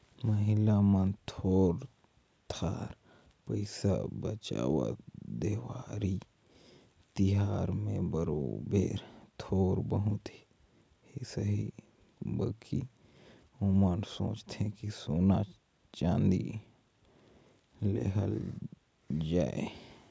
महिला मन थोर थार पइसा बंचावत, देवारी तिहार में बरोबेर थोर बहुत ही सही बकि ओमन सोंचथें कि सोना चाँदी लेहल जाए